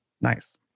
Nice